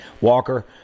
Walker